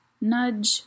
Nudge